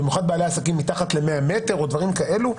במיוחד בבעלי עסקים מתחת ל-100 מ"ר או דברים כאלה,